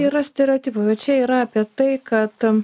yra stereotipai va čia yra apie tai kad